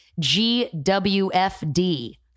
GWFD